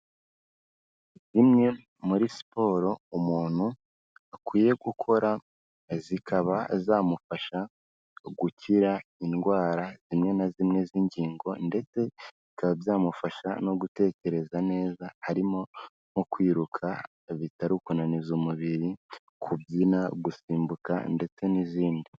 Zimwe muri siporo umuntu akwiye gukora zikaba zamufasha gukira indwara zimwe na zimwe z'ingingo ndetse bikaba byamufasha no gutekereza neza. Harimo nko kwiruka bitari ukunaniza umubiri, kubyina, gusimbuka ndetse n'izindi.